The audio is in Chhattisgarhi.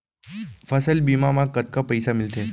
फसल बीमा म कतका पइसा मिलथे?